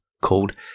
called